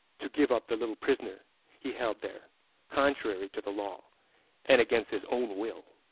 to give up the little prisoner he held there contrary to the law and against his own will.